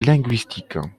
linguistiques